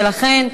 ולכן,